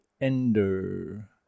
Ender